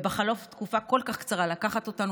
ובחלוף תקופה כל כך קצרה לקחת אותנו